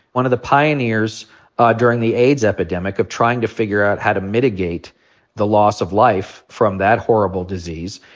one of the pioneers during the aids epidemic of trying to figure out how to mitigate the loss of life from that horrible disease.